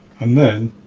and then